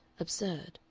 absurd.